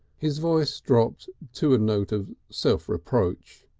his voice dropped to a note of self-reproach.